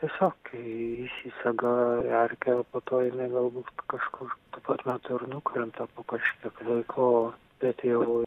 tiesiog įsisega erkė o po to jinai galbūt kažkur tuo pat metu ir nukrenta po kažkiek laiko o bet jau